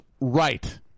right